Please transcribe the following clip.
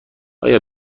آیا